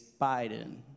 Biden